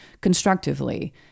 constructively